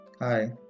Hi